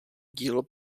dílo